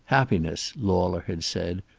happiness, lauler had said,